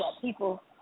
people